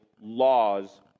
laws